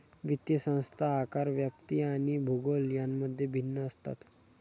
वित्तीय संस्था आकार, व्याप्ती आणि भूगोल यांमध्ये भिन्न असतात